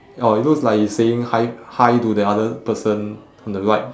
or it looks like he is saying hi hi to the other person on the right